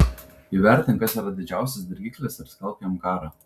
įvertink kas yra didžiausias dirgiklis ir skelbk jam karą